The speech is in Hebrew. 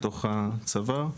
לתוך הצוואר,